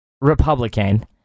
Republican